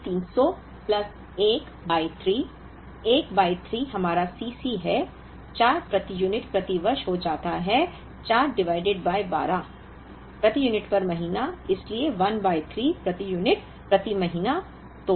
तो 7 में 300 plus 1 by 3 1 by 3 हमारा Cc है 4 प्रति यूनिट प्रति वर्ष हो जाता है 4 डिवाइडेड बाय 12 प्रति यूनिट पर महीना इसलिए 1 बाय 3 प्रति यूनिट प्रति महीना माह